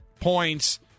points